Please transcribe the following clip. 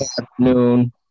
afternoon